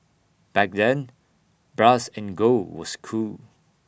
back then brass and gold was cool